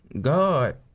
God